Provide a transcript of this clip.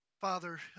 Father